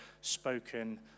spoken